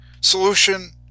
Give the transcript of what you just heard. solution